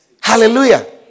Hallelujah